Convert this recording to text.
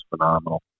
phenomenal